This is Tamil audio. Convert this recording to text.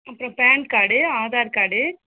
அப்புறம் பேன் கார்டு ஆதார் கார்டு